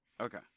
Okay